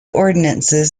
ordinances